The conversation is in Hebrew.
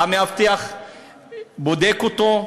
אז המאבטח בודק אותו,